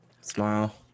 Smile